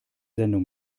sendung